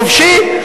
חופשי,